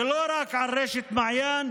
ולא רק על רשת מעיין,